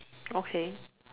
okay